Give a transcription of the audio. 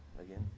again